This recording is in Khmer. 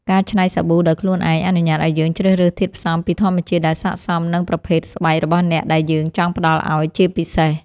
ការច្នៃសាប៊ូដោយខ្លួនឯងអនុញ្ញាតឱ្យយើងជ្រើសរើសធាតុផ្សំពីធម្មជាតិដែលស័ក្តិសមនឹងប្រភេទស្បែករបស់អ្នកដែលយើងចង់ផ្តល់ឱ្យជាពិសេស។